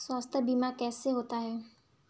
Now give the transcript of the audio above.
स्वास्थ्य बीमा कैसे होता है?